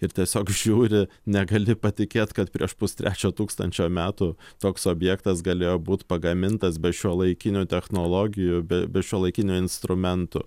ir tiesiog žiūri negali patikėt kad prieš pustrečio tūkstančio metų toks objektas galėjo būt pagamintas be šiuolaikinių technologijų be be šiuolaikinių instrumentų